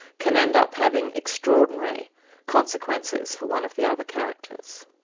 can end up having extraordinary consequences for one of the other characters.